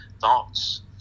thoughts